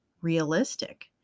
Realistic